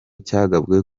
cyagabwe